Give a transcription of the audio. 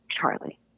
Charlie